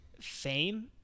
fame